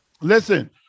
Listen